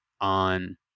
on